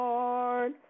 Lord